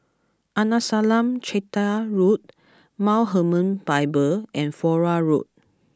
Arnasalam Chetty Road Mount Hermon Bible and Flora Road